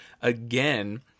again